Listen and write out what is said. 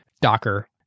Docker